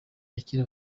yakira